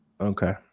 Okay